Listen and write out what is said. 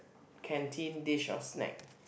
canteen dish or snack